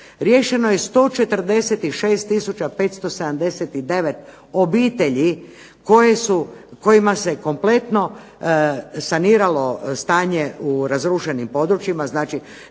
Riješeno je 146579 obitelji kojima se kompletno saniralo stanje u razrušenim područjima, znači